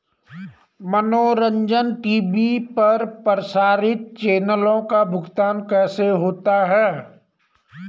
मनोरंजन टी.वी पर प्रसारित चैनलों का भुगतान कैसे होता है?